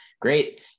great